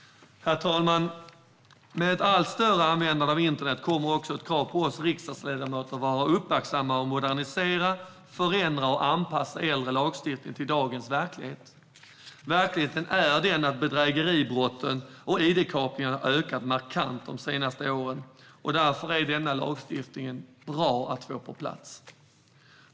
Herr talman! Med ett allt större användande av internet kommer också ett krav på oss riksdagsledamöter att vara uppmärksamma och att modernisera, förändra och anpassa äldre lagstiftning till dagens verklighet. Verkligheten är den att bedrägeribrotten och id-kapningarna har ökat markant de senaste åren. Därför är det bra att få denna lagstiftning på plats.